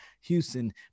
Houston